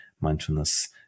mindfulness